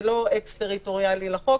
זה לא אקס-טריטוריאלי לחוק,